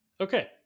Okay